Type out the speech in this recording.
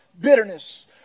bitterness